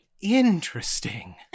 Interesting